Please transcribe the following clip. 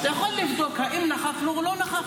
אתה יכול לבדוק אם נכחנו או לא נכחנו.